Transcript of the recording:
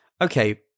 Okay